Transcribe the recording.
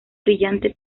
brillante